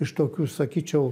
iš tokių sakyčiau